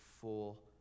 full